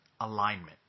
alignment